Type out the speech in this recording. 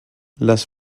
les